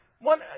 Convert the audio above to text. One